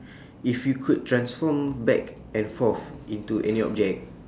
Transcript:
if you could transform back and forth into any object